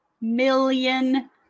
million